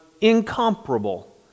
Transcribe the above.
incomparable